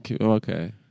Okay